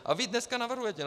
A vy dneska navrhujete!